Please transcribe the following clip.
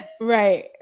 Right